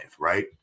right